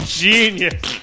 genius